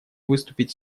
выступить